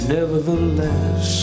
Nevertheless